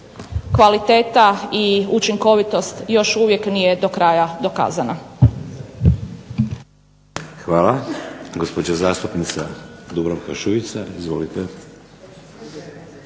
kvaliteta i učinkovitost još uvijek nije do kraja dokazana.